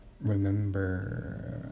remember